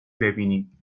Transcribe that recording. ببینی